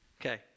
Okay